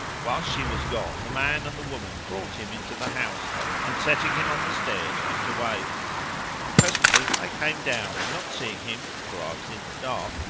whilst she was gone the man and the woman brought him into the house and, setting him on the stairs, went away and presently i came down and not seeing him, for i was in the dark,